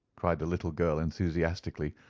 cried the little girl enthusiastically,